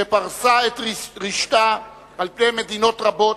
שפרסה את רשתה על פני מדינות רבות,